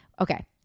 Okay